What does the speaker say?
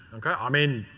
okay. i mean,